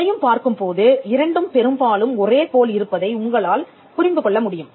அதையும் பார்க்கும்போது இரண்டும் பெரும்பாலும் ஒரே போல் இருப்பதை உங்களால் புரிந்து கொள்ள முடியும்